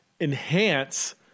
enhance